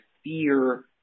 fear